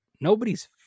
Nobody's